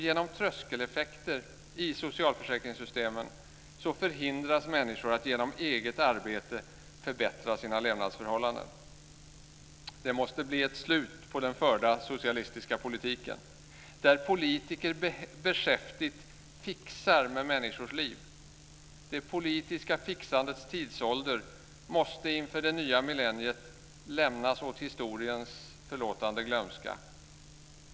Genom tröskeleffekter i socialförsäkringssystemen hindras människor att genom eget arbete förbättra sina levnadsförhållanden. Det måste bli ett slut på den förda socialistiska politiken där politiker beskäftigt fixar med människors liv. Det politiska fixandets tidsålder måste inför det nya millenniet lämnas åt historiens förlåtande glömska.